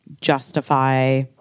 justify